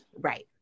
right